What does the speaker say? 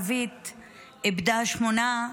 אולי אתה תומך טרור בעמותה שלך?